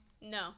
No